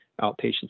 outpatient